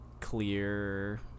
clear